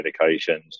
medications